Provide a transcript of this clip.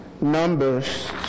Numbers